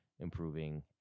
improving